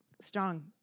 Strong